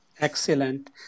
Excellent